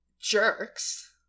jerks